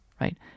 right